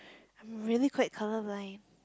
I'm really quite colour blind